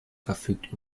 verfügt